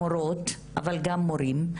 אבל גם מורים,